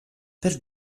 per